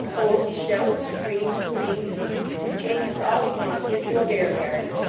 oaths, shouts, screams, hootings changed all at once into a bear-garden,